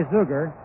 Zuger